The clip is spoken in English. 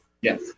Yes